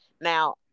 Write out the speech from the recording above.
now